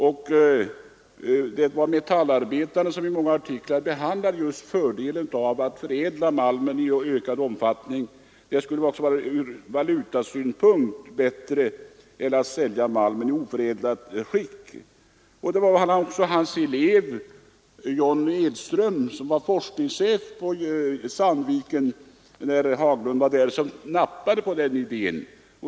Tidningen Metallarbetaren behandlade i många artiklar fördelen av att i ökad omfattning förädla malmen. Det skulle också från valutasynpunkt vara bättre än att sälja malmen i oförädlat skick. Disponent Haglunds elev, John Edström, som var forskningschef på Sandvikens jernverk när bruksdisponent Haglund var där, nappade på den idén.